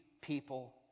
people